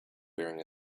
wearing